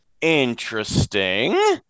interesting